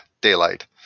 daylight